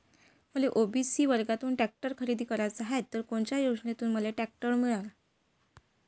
मले ओ.बी.सी वर्गातून टॅक्टर खरेदी कराचा हाये त कोनच्या योजनेतून मले टॅक्टर मिळन?